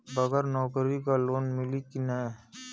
बगर नौकरी क लोन मिली कि ना?